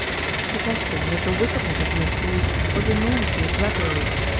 protesting that the wickedness of the accused was enormously exaggerated.